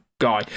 guy